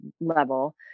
level